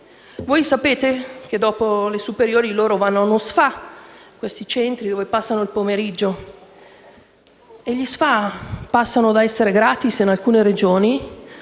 Voi sapete che, dopo le superiori, loro vanno a uno SFA, questi centri dove passano il pomeriggio. E gli SFA passano dall'essere gratis in alcune Regioni